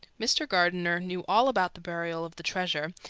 mr. gardiner knew all about the burial of the treasure,